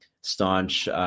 staunch